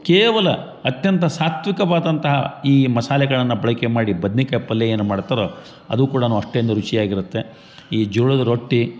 ಕೇವಲ ಅತ್ಯಂತ ಸಾತ್ವಿಕವಾದಂಥ ಈ ಮಸಾಲೆಗಳನ್ನು ಬಳಕೆ ಮಾಡಿ ಬದ್ನಿಕಾಯಿ ಪಲ್ಯ ಏನು ಮಾಡ್ತಾರೋ ಅದು ಕೂಡ ಅಷ್ಟೊಂದು ರುಚಿಯಾಗಿರುತ್ತೆ ಈ ಜೋಳದ ರೊಟ್ಟಿ